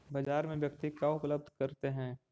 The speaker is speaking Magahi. बाजार में व्यक्ति का उपलब्ध करते हैं?